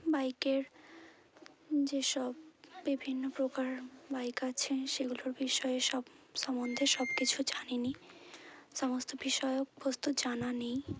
বাইকের যেসব বিভিন্ন প্রকার বাইক আছে সেগুলোর বিষয়ে সব সম্বন্ধে সবকিছু জানি না সমস্ত বিষয় ও বস্তু জানা নেই